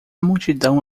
multidão